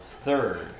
third